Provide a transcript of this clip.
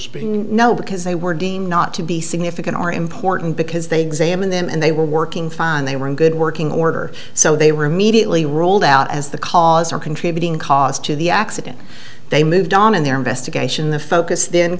possession no because they were deemed not to be significant or important because they examined them and they were working fine they were in good working order so they were immediately ruled out as the cause or contributing cause to the accident they moved on in their investigation the focus then